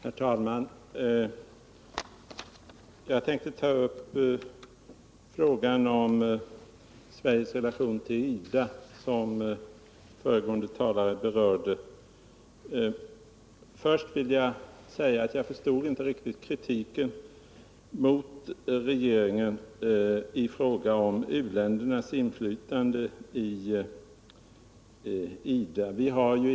Herr talman! Jag tänkte ta upp frågan om Sveriges relation till IDA, som Eva Hjelmström berörde. För det första förstod jag inte riktigt kritiken mot regeringen i fråga om uländernas inflytande i IDA.